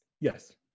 Yes